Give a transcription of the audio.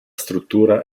struttura